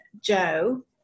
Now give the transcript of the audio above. Joe